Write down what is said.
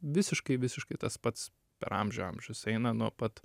visiškai visiškai tas pats per amžių amžius eina nuo pat